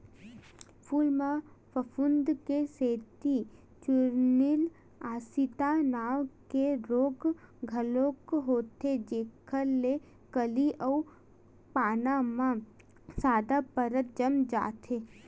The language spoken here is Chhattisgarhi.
फूल म फफूंद के सेती चूर्निल आसिता नांव के रोग घलोक होथे जेखर ले कली अउ पाना म सादा परत जम जाथे